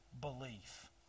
belief